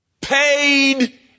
paid